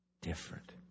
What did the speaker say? different